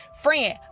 friend